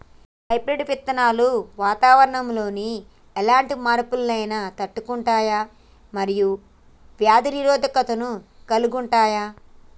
hybrid విత్తనాలు వాతావరణంలోని ఎలాంటి మార్పులనైనా తట్టుకుంటయ్ మరియు వ్యాధి నిరోధకతను కలిగుంటయ్